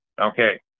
Okay